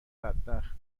بدبخت